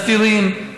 מסתירים,